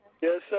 Yes